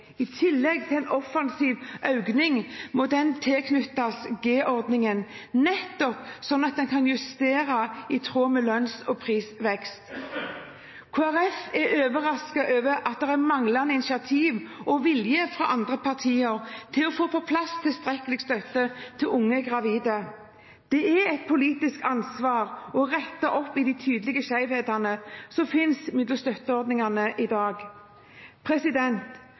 I tillegg til en offensiv økning må den tilknyttes G-ordningen, nettopp sånn at en kan justere i tråd med lønns- og prisvekst. Kristelig Folkeparti er overrasket over at det er manglende initiativ og vilje fra andre partier til å få på plass tilstrekkelig støtte til unge gravide. Det er et politisk ansvar å rette opp i de tydelige skjevhetene som finnes mellom støtteordningene i dag.